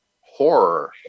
horror